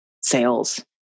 sales